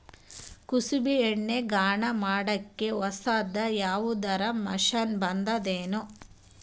ಕುಸುಬಿ ಎಣ್ಣೆ ಗಾಣಾ ಮಾಡಕ್ಕೆ ಹೊಸಾದ ಯಾವುದರ ಮಷಿನ್ ಬಂದದೆನು?